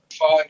Five